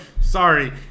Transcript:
sorry